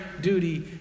duty